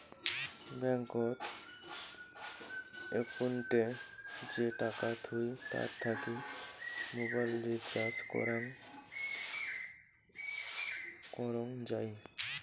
ব্যাঙ্কত একউন্টে যে টাকা থুই তার থাকি মোবাইল রিচার্জ করং যাই